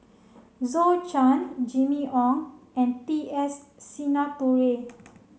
Zhou Can Jimmy Ong and T S Sinnathuray